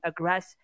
aggress